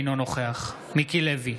אינו נוכח מיקי לוי,